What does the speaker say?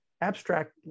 abstract